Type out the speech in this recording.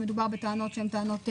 שמדובר בטענות שהם טענות,